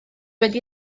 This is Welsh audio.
wedi